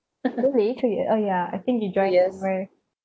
oh ya I think you joined in november